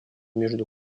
между